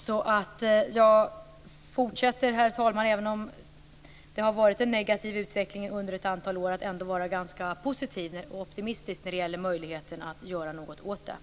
Även om utvecklingen under ett antal år har varit negativ fortsätter jag, herr talman, att vara ganska positiv och optimistisk vad gäller möjligheten att göra något åt detta.